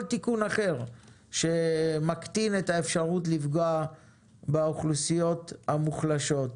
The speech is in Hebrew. תיקון אחר שמקטין את האפשרות לפגוע באוכלוסיות המוחלשות.